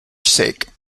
sake